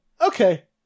okay